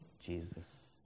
Jesus